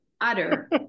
utter